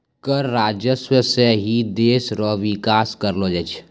कर राजस्व सं ही देस रो बिकास करलो जाय छै